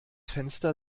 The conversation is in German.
fenster